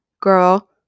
girl